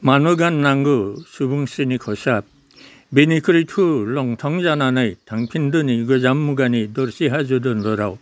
मानो गाननांगो सुबुंस्रिनि खसाब बेनिख्रुइ थौ लंथं जानानै थांफिनदोनि गोजाम मुगानि दरसे हाजो दन्दराव